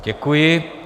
Děkuji.